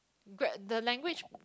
Grab the language